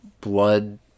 blood